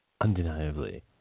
undeniably